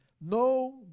No